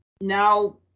now